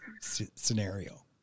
scenario